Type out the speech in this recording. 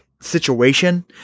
situation